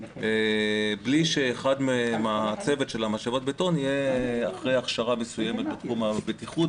בלי שאחד מן הצוות של משאבת הבטון יהיה אחרי הכשרה מסוימת בתחום הבטיחות,